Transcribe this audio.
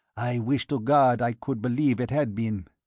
i wish to god i could believe it had been.